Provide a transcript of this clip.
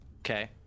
Okay